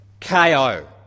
ko